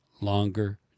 longer